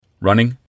running